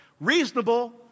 Reasonable